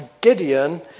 Gideon